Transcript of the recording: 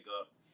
up